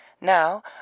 Now